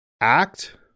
act